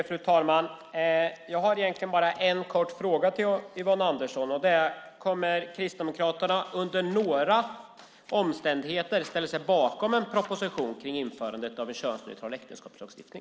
Fru talman! Jag har egentligen bara en kort fråga till Yvonne Andersson: Kommer Kristdemokraterna under några omständigheter att ställa sig bakom en proposition om införandet av en könsneutral äktenskapslagstiftning?